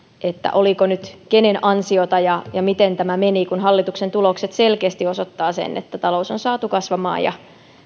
oliko nyt kenen ansiota ja ja miten tämä meni kun hallituksen tulokset selkeästi osoittavat sen että talous on saatu kasvamaan ja